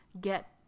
get